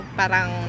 parang